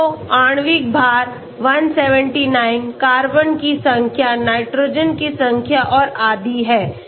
तो आणविक भार 179 कार्बन की संख्या नाइट्रोजेन की संख्या और आदि है